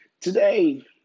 Today